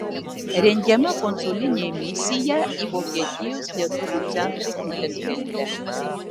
rengiama konsulinė misiją į vokietijos lietuvių centrą hiutenfelde